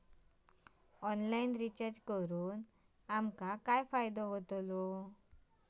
Online recharge करून आमका काय फायदो?